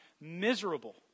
miserable